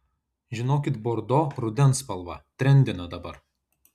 žinokit bordo rudens spalva trendina dabar